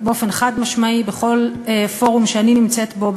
באופן חד-משמעי בכל פורום שאני נמצאת בו,